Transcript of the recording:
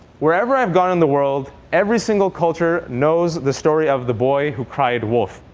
wherever i've gone in the world, every single culture knows the story of the boy who cried wolf.